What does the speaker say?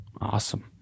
awesome